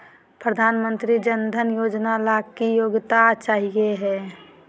प्रधानमंत्री जन धन योजना ला की योग्यता चाहियो हे?